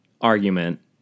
argument